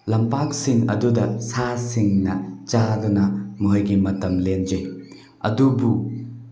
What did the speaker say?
ꯂꯝꯄꯥꯛꯁꯤꯡ ꯑꯗꯨꯗ ꯁꯥꯁꯤꯡꯅ ꯆꯥꯗꯨꯅ ꯃꯣꯏꯒꯤ ꯃꯇꯝ ꯂꯦꯟꯖꯩ ꯑꯗꯨꯕꯨ